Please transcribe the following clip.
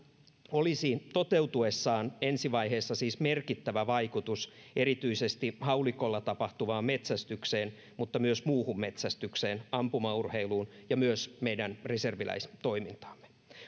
olisi toteutuessaan ensi vaiheessa siis merkittävä vaikutus erityisesti haulikolla tapahtuvaan metsästykseen mutta myös muuhun metsästykseen ampumaurheiluun ja myös meidän reserviläistoimintaamme